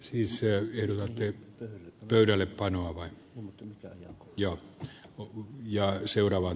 siis se että tämä siirretään seuraavaan